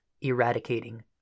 eradicating